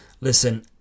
Listen